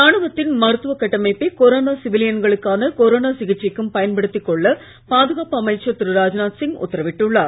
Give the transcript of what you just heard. ராணுவத்தின் மருத்துவ கட்டமைப்பை கொரோனா சிவிலியன்களுக்கான கொரோனா சிகிச்சைக்கும் பயன்படுத்திக் கொள்ள பாதுகாப்பு அமைச்சர் திரு ராஜ்நாத் சிங் உத்தரவிட்டுள்ளார்